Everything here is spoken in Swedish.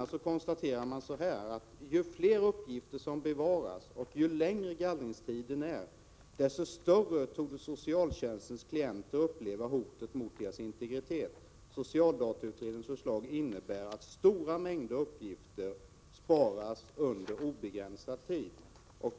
a. konstaterar man att ju fler uppgifter som bevaras och ju längre gallringstiden är dessto större torde socialtjänstens klienter uppleva hotet mot sin integritet. Socialdatautredningens förslag innebär att stora mängder uppgifter sparas under obegränsad tid.